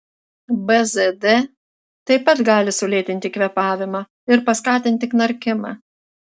bzd taip pat gali sulėtinti kvėpavimą ir paskatinti knarkimą